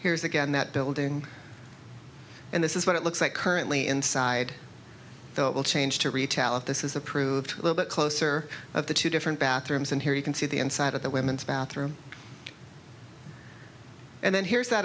here is again that building and this is what it looks like currently inside though it will change to retallack this is approved a little bit closer of the two different bathrooms and here you can see the inside of the women's bathroom and then here's